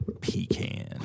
Pecan